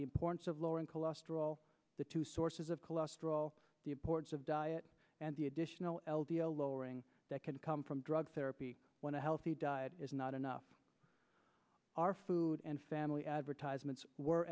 the importance of lowering cholesterol the two sources of cholesterol the importance of diet and the additional l d l lowering that can come from drug therapy when a healthy diet is not enough our food and family advertisements were